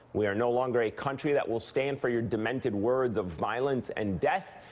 we are no longer a country that will stand for your demented words of violence and death.